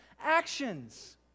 actions